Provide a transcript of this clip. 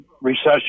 recession